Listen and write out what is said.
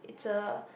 it's a